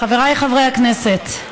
חבריי חברי הכנסת,